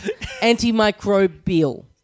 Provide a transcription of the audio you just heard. Antimicrobial